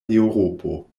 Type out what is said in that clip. eŭropo